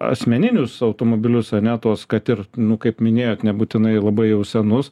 asmeninius automobilius ane tuos kad ir nu kaip minėjot nebūtinai labai jau senus